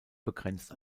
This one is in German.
begrenzt